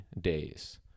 days